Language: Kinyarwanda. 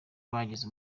bagize